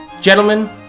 Gentlemen